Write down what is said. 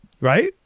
Right